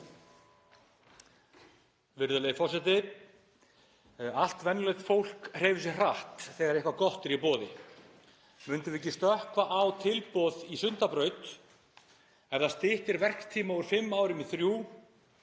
Virðulegur forseti. Allt venjulegt fólk hreyfir sig hratt þegar eitthvað gott er í boði. Myndum við ekki stökkva á tilboð í Sundabraut ef það stytti verktíma úr fimm árum í þrjú